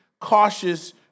cautious